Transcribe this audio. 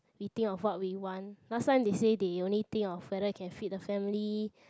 we think of what we want last time they say they only think of whether can feed the family